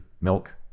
milk